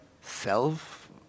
self